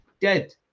dead